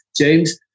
James